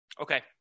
Okay